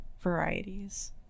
varieties